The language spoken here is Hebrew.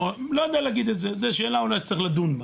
לא יודע להגיד את זה, זו שאלה שאולי צריך לדון בה.